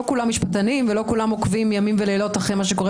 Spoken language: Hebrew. לא כולם משפטנים ולא כולם עוקבים ימים ולילות אחר מה שקורה